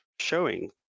showing